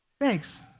Thanks